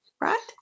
right